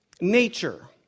nature